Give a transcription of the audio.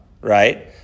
right